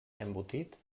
embotit